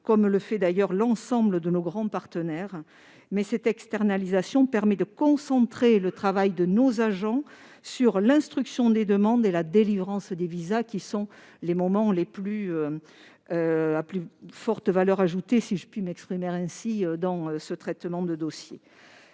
comme le fait, d'ailleurs, l'ensemble de nos grands partenaires. Cette externalisation permet de concentrer le travail de nos agents sur l'instruction des demandes et la délivrance des visas, soit les étapes à plus forte valeur ajoutée, si je puis m'exprimer ainsi, dans ce traitement des dossiers.